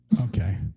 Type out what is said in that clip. Okay